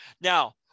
Now